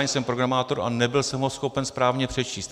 Jsem programátor a nebyl jsem ho schopen správně přečíst.